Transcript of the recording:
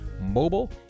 mobile